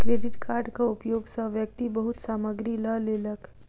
credit कार्डक उपयोग सॅ व्यक्ति बहुत सामग्री लअ लेलक